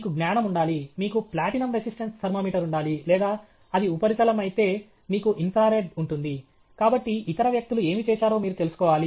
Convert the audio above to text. మీకు జ్ఞానం ఉండాలి మీకు ప్లాటినం రెసిస్టెన్స్ థర్మామీటర్ ఉండాలి లేదా అది ఉపరితలం అయితే మీకు ఇన్ఫ్రారెడ్ ఉంటుంది కాబట్టి ఇతర వ్యక్తులు ఏమి చేశారో మీరు తెలుసుకోవాలి